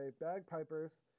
bagpipers